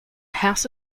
house